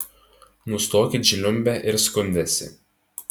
nustokit žliumbę ir skundęsi